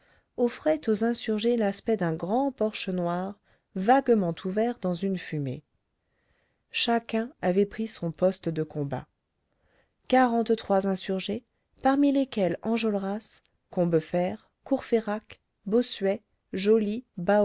offrait aux insurgés l'aspect d'un grand porche noir vaguement ouvert dans une fumée chacun avait pris son poste de combat quarante-trois insurgés parmi lesquels enjolras combeferre courfeyrac bossuet joly